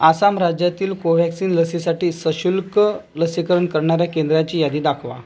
आसाम राज्यातील कोव्हॅक्सिन लसीसाठी सशुल्क लसीकरण करणाऱ्या केंद्रांची यादी दाखवा